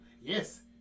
Yes